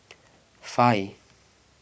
five